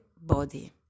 body